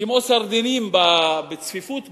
בצפיפות גבוהה,